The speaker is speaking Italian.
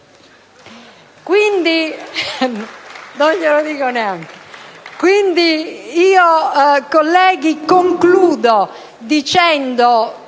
Quindi, colleghi, concludo dicendo: